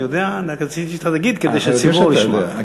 אני יודע, רק רציתי שתגיד כדי שהציבור ישמע.